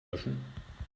löschen